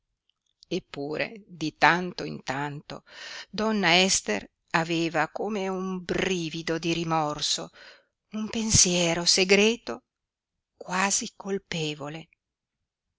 eppure di tanto in tanto donna ester aveva come un brivido di rimorso un pensiero segreto quasi colpevole